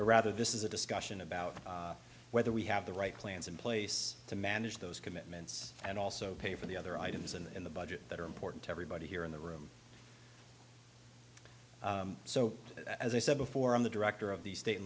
rather this is a discussion about whether we have the right plans in place to manage those commitments and also pay for the other items in the budget that are important to everybody here in the room so as i said before i'm the director of the state